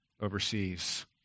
overseas